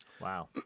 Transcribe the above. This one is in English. Wow